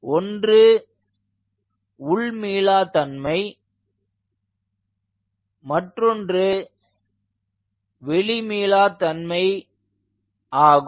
ஒன்று உள் மீளா தன்மை மற்றொன்று வெளி மீளா தன்மை ஆகும்